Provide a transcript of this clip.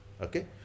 Okay